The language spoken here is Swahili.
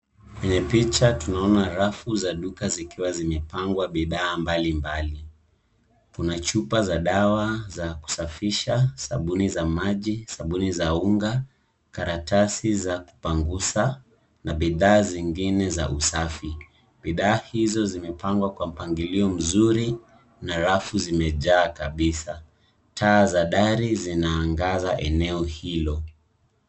Kwenye picha tunaona rafu za duka zikiwa zimepangwa bidhaa mbalimbali. Kuna chupa za dawa za kusafisha, sabuni za maji, sabuni za unga, karatasi za kupangusa na bidhaa zingine za usafi. Bidhaa hizo zimepangwa kwa mpangilio mzuri na rafu zimejaa kabisa. Taa za dari zinaangaza eneo hilo.